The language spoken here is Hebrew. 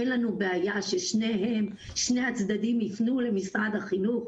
אין לנו בעיה ששני הצדדים יפנו למשרד החינוך.